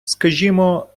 скажімо